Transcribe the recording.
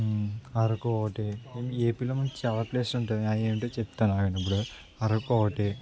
అరకు ఒకటి ఏపీలో మంచి చల్లటి ప్లేస్ ఉంటుంది అవి ఏంటో చెప్తాను ఇప్పుడు అరకు ఒకటి